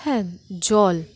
হ্যাঁ জল